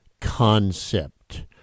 concept